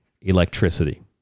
electricity